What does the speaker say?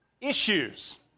issues